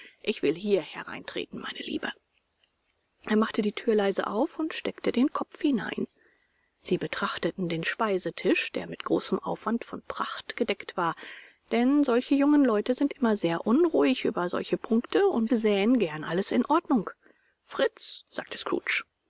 ich will hier hereintreten meine liebe er machte die thür leise auf und steckte den kopf hinein sie betrachteten den speisetisch der mit großem aufwand von pracht gedeckt war denn solche junge leute sind immer sehr unruhig über solche punkte und sähen gern alles in ordnung fritz sagte